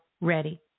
ready